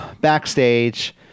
backstage